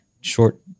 short